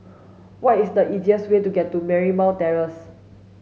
what is the easiest way to Marymount Terrace